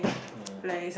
ya